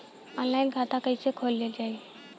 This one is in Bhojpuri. आनलाइन खाता कइसे खोली बताई?